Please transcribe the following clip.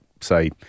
say